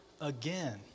again